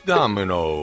Domino